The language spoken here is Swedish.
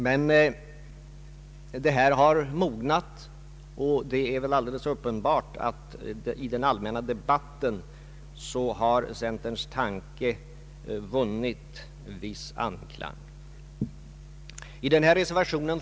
Men frågan har mognat, och det är väl alldeles uppenbart att centerns tanke vunnit stor anklang i den allmänna debatten.